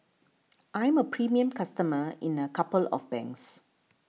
I'm a premium customer in a couple of banks